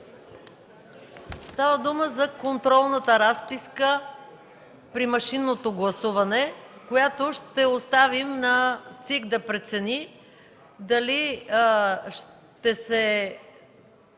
Става дума за контролната разписка при машинното гласуване, която ще оставим на ЦИК да прецени дали ще се